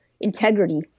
integrity